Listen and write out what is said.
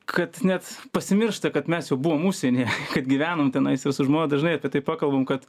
kad net pasimiršta kad mes jau buvom užsieny kad gyvenom tenais ir su žmona dažnai apie tai pakalbam kad